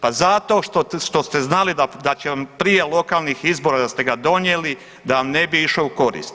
Pa zato što ste znali da će vam prije lokalnih izbora da ste ga donijeli da vam ne bi išao u korist.